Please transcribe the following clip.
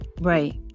Right